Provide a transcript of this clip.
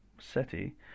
City